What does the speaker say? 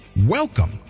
Welcome